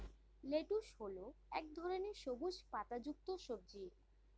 lettuce হল এক ধরনের সবুজ পাতাযুক্ত সবজি